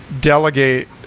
delegate